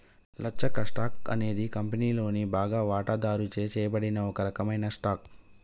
లచ్చక్క, stock అనేది కంపెనీలోని బాగా వాటాదారుచే చేయబడిన ఒక రకమైన స్టాక్